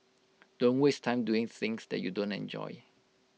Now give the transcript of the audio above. don't waste time doing things that you don't enjoy